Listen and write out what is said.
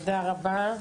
תודה רבה.